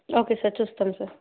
okay sir చూస్తాము sir